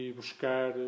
buscar